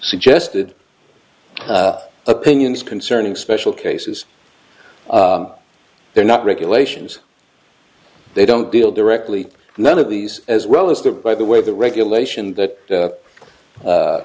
suggested opinions concerning special cases they're not regulations they don't deal directly none of these as well as that by the way the regulation that